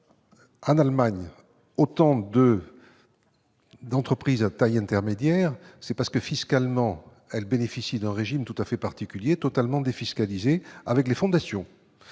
l'Allemagne compte autant d'entreprises de taille intermédiaire, c'est parce que celles-ci bénéficient d'un régime tout à fait particulier, totalement défiscalisé, celui des fondations.